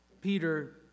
Peter